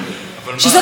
מר נתניהו,